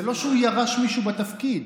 זה לא שהוא ירש מישהו בתפקיד.